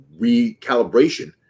recalibration